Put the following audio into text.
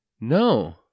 No